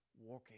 walking